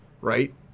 right